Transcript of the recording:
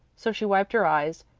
so she wiped her eyes,